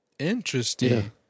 Interesting